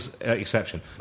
exception